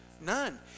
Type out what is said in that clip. None